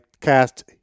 cast-